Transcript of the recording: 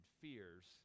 fears